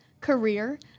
career